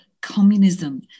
communism